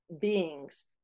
beings